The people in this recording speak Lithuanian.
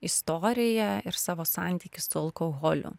istoriją ir savo santykį su alkoholiu